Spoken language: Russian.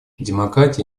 демократия